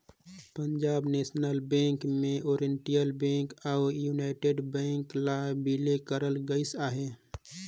Punjab national bank में oriental bank अउ united bank ल बिले करल गइस अहे